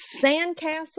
Sandcastle